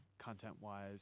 content-wise